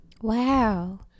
Wow